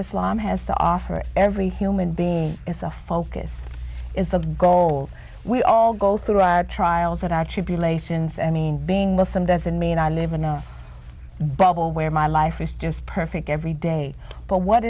islam has to offer every human being is a focus is the goal we all go through trials that are tribulations i mean being muslim doesn't mean i live in a bubble where my life is just perfect every day but what